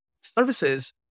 services